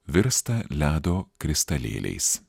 virsta ledo kristalėliais